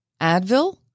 Advil